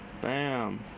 Bam